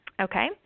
Okay